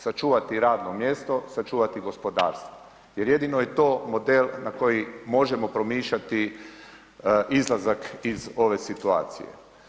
Sačuvati radno mjesto, sačuvati gospodarstvo, jer jedino je to model na koji možemo promišljati izlazak iz ove situacije.